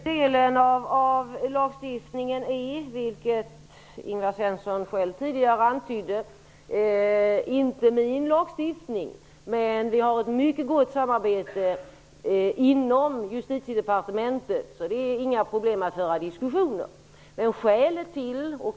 Herr talman! Den delen av lagstiftningen hör inte till min lagstiftning, vilket Ingvar Svensson själv tidigare antydde. Men vi har ett mycket gott samarbete inom Justitiedepartementet, så det är inga problem att föra diskussioner.